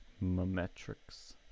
Metrics